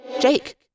Jake